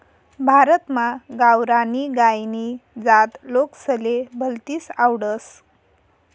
भारतमा गावरानी गायनी जात लोकेसले भलतीस आवडस